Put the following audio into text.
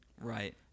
Right